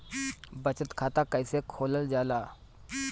बचत खाता कइसे खोलल जाला?